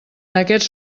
aquests